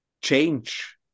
change